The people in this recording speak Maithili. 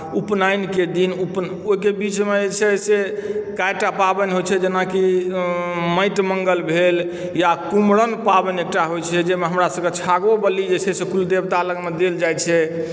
उपनयनके दिन उप ओहिके बीचमे जे छै से कए टा पाबनि होइत छै जेनाकि माटि मङ्गल भेल या कुम्हरम पाबनि एकटा होइत छै जाहिमे हमरासभकेँ जे छै छागड़ो बलि जे छै से कुल देवता लगमे देल जाइत छै